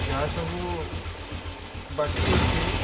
ଯାହାସବୁ ବାକି ଅଛି